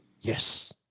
Yes